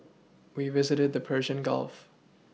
we visited the Persian Gulf